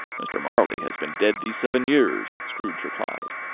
mr. marley has been dead these seven years, scrooge replied.